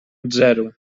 zero